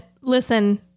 listen